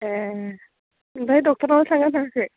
ए ओमफाय ड'क्टरनावलाय थांगोनाथाङासै